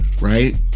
right